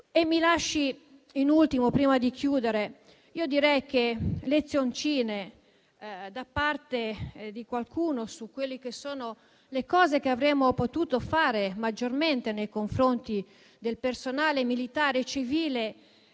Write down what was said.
famiglie comprese. Prima di chiudere, di fronte alle lezioncine da parte di qualcuno su quelle che sono le cose che avremmo potuto fare maggiormente nei confronti del personale militare e civile